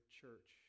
church